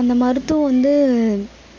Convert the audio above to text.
அந்த மருத்துவம் வந்து